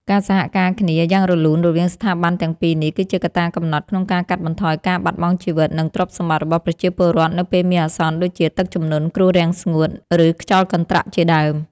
ការសហការគ្នាយ៉ាងរលូនរវាងស្ថាប័នទាំងពីរនេះ គឺជាកត្តាកំណត់ក្នុងការកាត់បន្ថយការបាត់បង់ជីវិត និងទ្រព្យសម្បត្តិរបស់ប្រជាពលរដ្ឋនៅពេលមានអាសន្នដូចជា ទឹកជំនន់ គ្រោះរាំងស្ងួត ឬខ្យល់កន្ត្រាក់ជាដើម។